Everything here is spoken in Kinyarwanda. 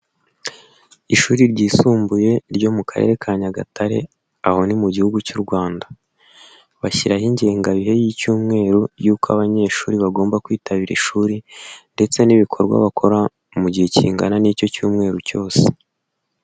Ishuri ryisumbuye ryo mu Karere ka Nyagatare aho ni mu gihugu cy'u Rwanda, bashyiraho ingengabihe y'icyumweru y'uko abanyeshuri bagomba kwitabira ishuri, ndetse n'ibikorwa bakora mu gihe kingana n'icyo cyumweru cyose.